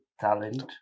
talent